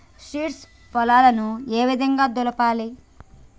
Seeds పొలాలను ఏ విధంగా దులపాలి?